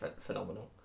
phenomenal